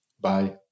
Bye